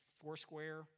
foursquare